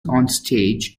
onstage